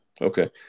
Okay